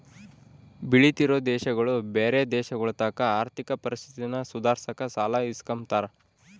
ಬೆಳಿತಿರೋ ದೇಶಗುಳು ಬ್ಯಾರೆ ದೇಶಗುಳತಾಕ ಆರ್ಥಿಕ ಪರಿಸ್ಥಿತಿನ ಸುಧಾರ್ಸಾಕ ಸಾಲ ಇಸ್ಕಂಬ್ತಾರ